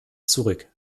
zurück